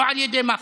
לא על ידי מח"ש.